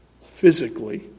physically